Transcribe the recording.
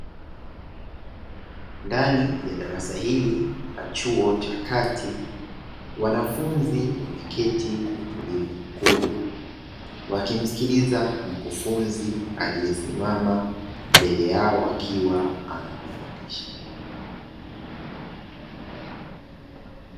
Ndani ya darasa hili la chuo cha kati, wanafunzi wameketi kwa utulivu mkubwa, wakimsikiliza mkufunzi aliyesimama mbele yao akiwa anawafundisha.